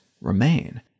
remain